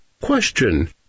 Question